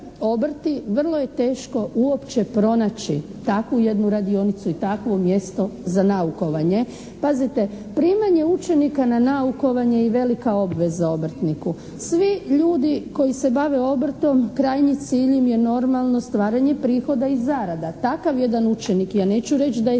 vrlo je teško uopće pronaći takvu jednu radionicu i takvo mjesto za naukovanje. Pazite primanje učenika na naukovanje je i velika obveza obrtniku. Svi ljudi koji se bave obrtom, krajnji cilj im je normalno stvaranje prihoda i zarada. Takav jedan učenik, ja neću reći da je